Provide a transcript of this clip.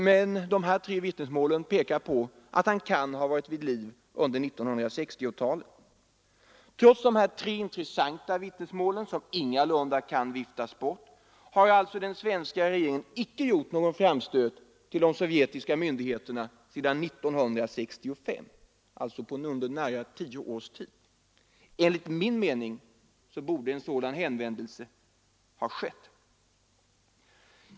Dessa tre pekar på att han kan ha varit vid liv under 1960-talet. Trots dessa tre intressanta vittnesmål, som inte kan viftas bort, har alltså den svenska regeringen icke gjort någon framstöt till de sovjetiska myndigheterna sedan 1965, alltså under nära tio år. Enligt min mening borde sådan hänvändelse ha skett.